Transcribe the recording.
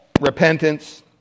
repentance